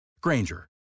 Granger